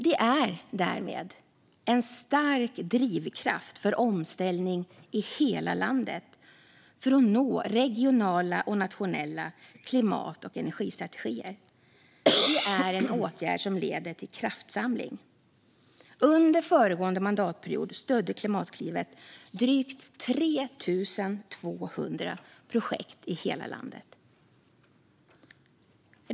Det är därmed en stark drivkraft för omställning i hela landet för att nå målen i regionala och nationella klimat och energistrategier. Det är en åtgärd som leder till kraftsamling. Under föregående mandatperiod stödde Klimatklivet drygt 3 200 projekt i hela landet.